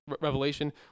revelation